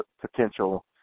potential